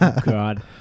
God